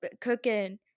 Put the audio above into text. cooking